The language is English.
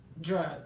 drugs